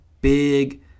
big